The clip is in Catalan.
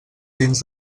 dins